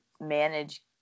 manage